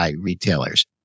retailers